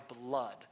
blood